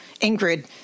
Ingrid